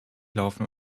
laufen